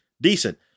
decent